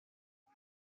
این